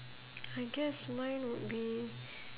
I guess mine would be